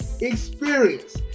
experience